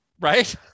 right